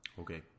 Okay